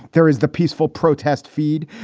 there is the peaceful protest feed.